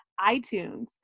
iTunes